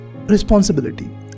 responsibility